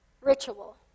ritual